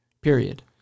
period